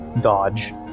dodge